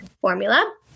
formula